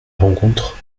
rencontre